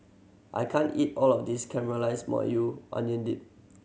I can't eat all of this Caramelize Maui Onion Dip